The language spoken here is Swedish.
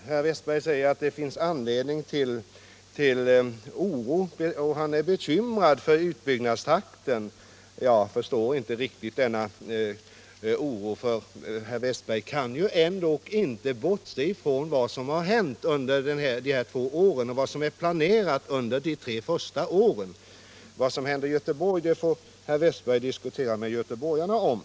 Olle Wästberg säger att det finns anledning till oro. Han är bekymrad för utbyggnadstakten. Jag förstår inte riktigt denna oro. Olle Wästberg kan ändå inte bortse från vad som hänt under dessa två år och vad som är planerat under de tre kommande åren. Vad som händer i Göteborg — Nr 7 får herr Wästberg diskutera med göteborgarna om.